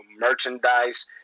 merchandise